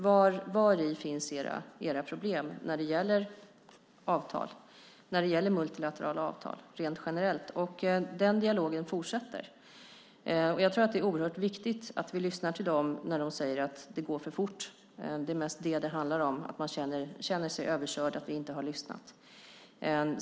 Vari finns era problem när det gäller multilaterala avtal rent generellt? Den dialogen fortsätter. Det är oerhört viktigt att vi lyssnar till dem när de säger att det går för fort. Det är mest det som det handlar om: att man känner sig överkörd, att vi inte har lyssnat.